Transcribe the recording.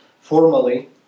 formally